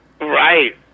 Right